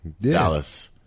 Dallas